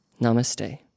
Namaste